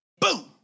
Boom